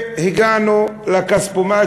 והגענו לכספומט,